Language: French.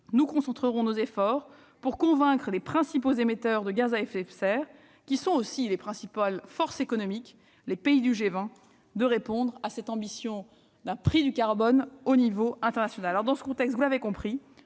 nous concentrerons nos efforts pour convaincre les principaux émetteurs de gaz à effet de serre, qui sont aussi les principales forces économiques réunies au sein du G20, de répondre à cette ambition consistant à fixer un prix du carbone au niveau international. Dans ce contexte, vous l'avez compris,